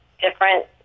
different